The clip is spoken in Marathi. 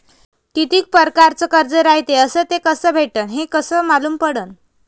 कितीक परकारचं कर्ज रायते अस ते कस भेटते, हे कस मालूम पडनं?